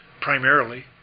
primarily